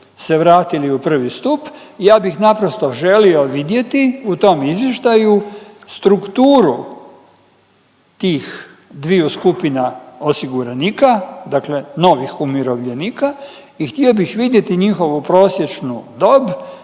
se vratili u I. stup ja bih naprosto želio vidjeti u tom izvještaju strukturu tih dviju skupina osiguranika, dakle novih umirovljenika i htio bih vidjeti njihovu prosječnu dob,